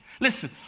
Listen